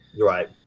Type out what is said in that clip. right